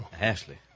Ashley